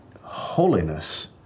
holiness